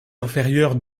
inférieure